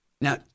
Now